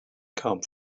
come